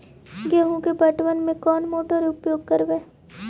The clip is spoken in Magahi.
गेंहू के पटवन में कौन मोटर उपयोग करवय?